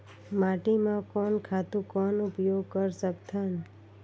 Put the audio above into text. माटी म कोन खातु कौन उपयोग कर सकथन?